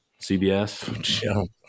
cbs